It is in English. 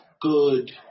good